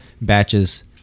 batches